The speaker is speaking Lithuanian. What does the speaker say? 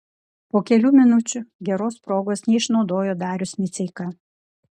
po kelių minučių geros progos neišnaudojo darius miceika